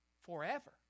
forever